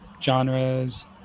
genres